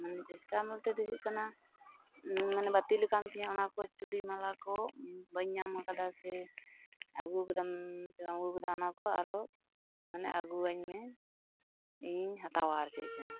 ᱢᱟᱱᱮ ᱪᱮᱥᱴᱟ ᱵᱚᱞᱛᱮ ᱫᱚ ᱦᱩᱭᱩᱜ ᱠᱟᱱᱟ ᱢᱟᱱᱮ ᱵᱟᱛᱤᱞᱟᱠᱟᱱ ᱛᱤᱧᱟ ᱚᱱᱟ ᱠᱚ ᱪᱩᱲᱤᱢᱟᱞᱟ ᱠᱚ ᱵᱟᱧ ᱧᱟᱢ ᱠᱟᱫᱟ ᱥᱮ ᱟᱜᱩᱣ ᱠᱟᱫᱟᱢ ᱥᱮᱵᱟᱢ ᱟᱹᱜᱩᱣ ᱠᱟᱫᱟ ᱚᱱᱟ ᱠᱚ ᱟᱨᱚ ᱢᱟᱱᱮ ᱟᱹᱜᱩᱣᱟᱹᱧ ᱢᱮ ᱤᱧᱤᱧ ᱦᱟᱛᱟᱣᱟ ᱟᱨ ᱪᱮᱜᱪᱚᱝ